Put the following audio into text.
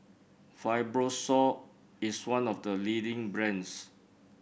Fibrosol is one of the leading brands